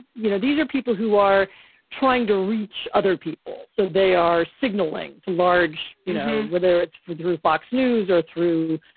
you know, these are people who are trying to reach other people. so they are signaling to large, you know, whether it's through fox news or through.